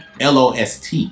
lost